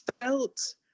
felt